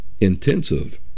intensive